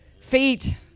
Feet